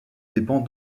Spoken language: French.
dépend